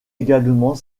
également